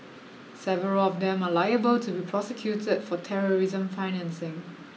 several of them are liable to be prosecuted for terrorism financing